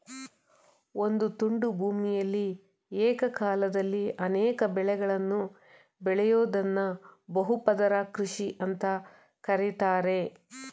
ಒಂದು ತುಂಡು ಭೂಮಿಯಲಿ ಏಕಕಾಲದಲ್ಲಿ ಅನೇಕ ಬೆಳೆಗಳನ್ನು ಬೆಳಿಯೋದ್ದನ್ನ ಬಹು ಪದರ ಕೃಷಿ ಅಂತ ಕರೀತಾರೆ